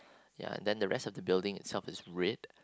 ya and then the rest of the build itself is red